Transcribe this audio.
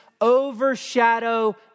overshadow